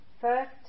First